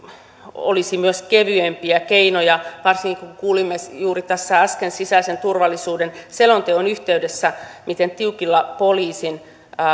olisi myös kevyempiä keinoja varsinkin kun kuulimme tässä juuri äsken sisäisen turvallisuuden selonteon yhteydessä miten tiukilla poliisin